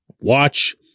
watch